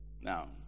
Now